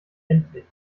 endlich